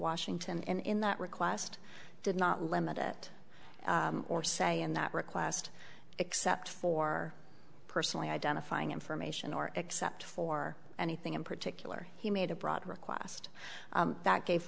washington in that request did not limit it or say in that request except for personally identifying information or except for anything in particular he made a broad request that gave